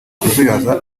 kuzuyaza